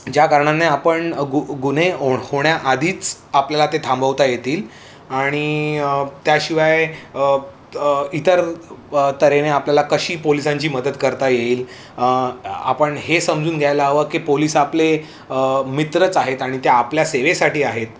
ज्या कारणाने आपण गु गु होण्याआधीच आपल्याला ते थांबवता येतील आणि त्याशिवाय इतर तर आपल्याला कशी पोलिसांची मदत करता येईल आपण हे समजून घ्यायला हवं की पोलीस आपले मित्रच आहेत आणि ते आपल्या सेवेसाठी आहेत